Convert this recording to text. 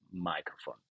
microphone